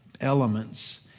elements